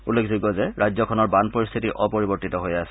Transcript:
উল্লেখযোগ্য যে ৰাজ্যখনৰ বান পৰিশ্থিতি অপৰিৱৰ্তিত হৈয়ে আছে